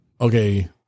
Okay